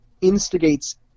instigates